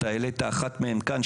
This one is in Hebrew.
אתה העלית אחת מהן כאן,